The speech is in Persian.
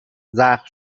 زخم